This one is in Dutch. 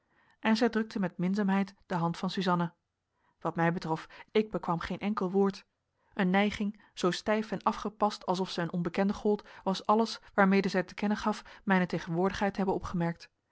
en zij drukte met minzaamheid de hand van suzanna wat mij betrof ik bekwam geen enkel woord een nijging zoo stijf en afgepast alsof zij een onbekende gold was alles waarmede zij te kennen gaf mijne tegenwoordigheid te hebben opgemerkt